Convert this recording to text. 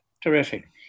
Terrific